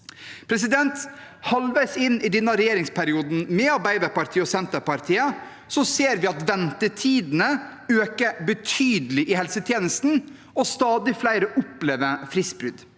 dag) 139 Halvveis inn i denne regjeringsperioden, med Arbeiderpartiet og Senterpartiet, ser vi at ventetidene øker betydelig i helsetjenesten, og stadig flere opplever fristbrudd.